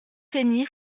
cenis